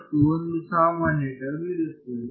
ಮತ್ತು ಒಂದು ಸಾಮಾನ್ಯ ಟರ್ಮ್ ಇರುತ್ತದೆ